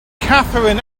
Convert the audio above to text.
katherine